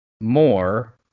more